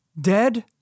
Dead